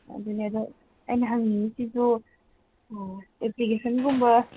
ꯑꯗꯨꯅꯦ ꯑꯗꯣ ꯑꯩꯅ ꯍꯪꯅꯤꯡꯏꯁꯤꯁꯨ ꯑꯦꯄ꯭ꯂꯤꯀꯦꯁꯟꯒꯨꯝꯕ